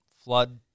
flood